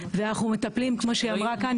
ואנחנו מטפלים כמו שהיא אמרה כאן,